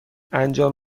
انجام